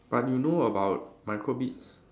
but you know about micro bits